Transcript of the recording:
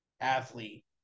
athlete